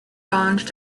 bond